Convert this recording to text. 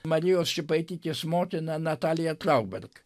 marijos čepaitytės motina natalija trauberg